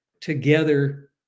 together